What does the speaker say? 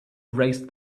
erased